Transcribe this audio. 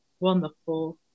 wonderful